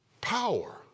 power